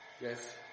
Yes